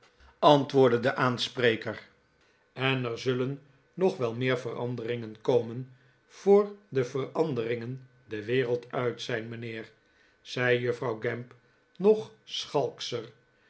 antwoordde de aanspreker en er zullen nog wel meer veranderingen komen voor de veranderingen de wereld uit zijn mijnheer zei juffrouw gamp nog